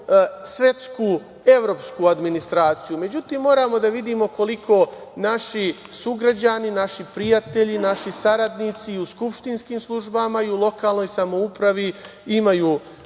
svetsku evropsku administraciju.Međutim, moramo da vidimo koliko naši sugrađani, naši prijatelji, naši saradnici i u skupštinskim službama i u lokalnoj samoupravi imaju